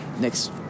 next